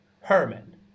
Herman